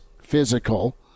physical